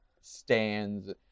stands